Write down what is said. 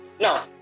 Now